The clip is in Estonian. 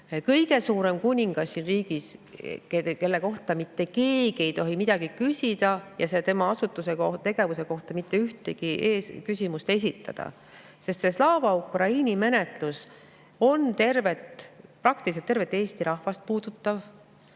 kõige suurem kuningas, kelle kohta mitte keegi ei tohi midagi küsida ja kelle asutuse tegevuse kohta ei tohi mitte ühtegi küsimust esitada. Slava Ukraini menetlus on praktiliselt tervet Eesti rahvast puudutav